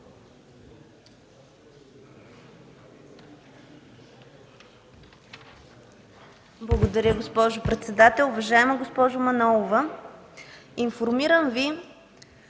Благодаря, госпожо председател. Уважаема госпожо Манолова, информирам Ви,